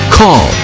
call